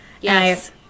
Yes